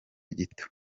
gito